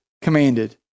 Commanded